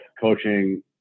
coaching